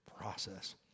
process